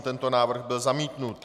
Tento návrh byl zamítnut.